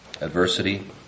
adversity